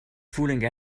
fooling